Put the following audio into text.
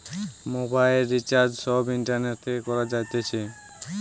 মোবাইলের রিচার্জ সব ইন্টারনেট থেকে করা যাইতেছে